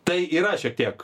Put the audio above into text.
tai yra šiek tiek